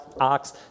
ox